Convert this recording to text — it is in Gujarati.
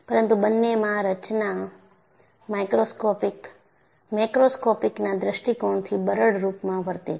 પરંતુ બંનેમાં રચના મેક્રોસ્કોપિકના દૃષ્ટિકોણથી બરડ રૂપમાં વર્તે છે